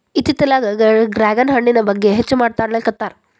ಇತ್ತಿತ್ತಲಾಗ ಡ್ರ್ಯಾಗನ್ ಹಣ್ಣಿನ ಬಗ್ಗೆ ಹೆಚ್ಚು ಮಾತಾಡಾಕತ್ತಾರ